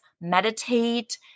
meditate